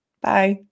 Bye